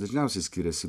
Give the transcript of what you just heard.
dažniausiai skiriasi